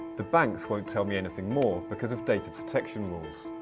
the banks won't tell me anything more because of data protection rules.